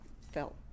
felt